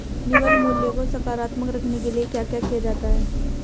निवल मूल्य को सकारात्मक रखने के लिए क्या क्या किया जाता है?